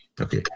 Okay